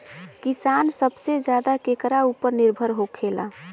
किसान सबसे ज्यादा केकरा ऊपर निर्भर होखेला?